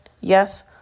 yes